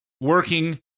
working